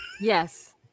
Yes